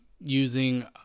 using